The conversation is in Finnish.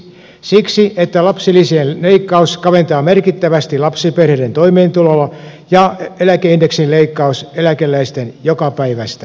siksi että lapsili sien leikkaus kaventaa merkittävästi lapsiperheiden toimeentuloa ja eläkeindeksin leikkaus eläkeläisten jokapäiväistä elämää